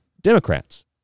Democrats